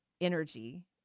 energy